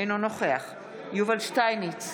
אינו נוכח יובל שטייניץ,